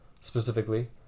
specifically